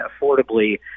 affordably